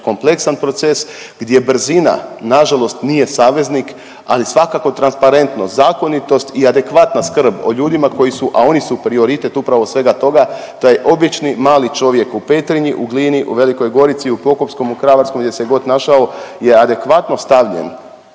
kompleksan proces gdje brzina nažalost nije saveznik, ali svakako transparentnost, zakonitost i adekvatna skrb o ljudima, a oni su prioritet upravo svega toga, taj obični mali čovjek u Petrinji, u Glini, u Velikoj Gorici, u Pokupskom, u Kravarskom gdje se god našao je adekvatno stavljen